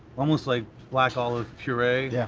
almost like black olive puree, yeah